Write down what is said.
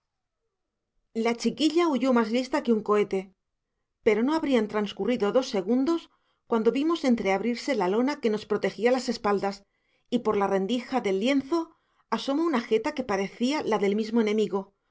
la chiquilla huyó más lista que un cohete pero no habrían transcurrido dos segundos cuando vimos entreabrirse la lona que nos protegía las espaldas y por la rendija del lienzo asomó una jeta que parecía la del mismo enemigo